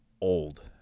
old